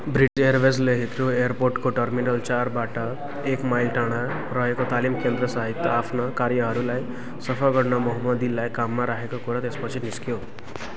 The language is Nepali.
ब्रिटिस एयरवेजले हिथ्रो एयरपोर्टको टर्मिनल चारबाट एक माइल टाढा रहेको तालिम केन्द्रसहित आफ्ना कार्यालयहरू सफा गर्न मोहम्मदीलाई काममा राखेको कुरो त्यसपछि निस्कियो